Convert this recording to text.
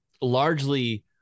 largely